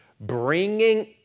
bringing